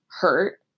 hurt